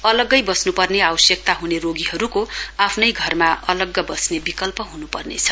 अलग्गै वस्नुपर्ने आवश्यकता हुने रोगीहरुको आफ्नै घरमा अलग्ग वस्ने विकल्प हुनुपर्नेछ